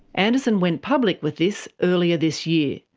anderson went public with this earlier this year.